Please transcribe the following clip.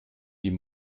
die